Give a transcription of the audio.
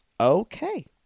okay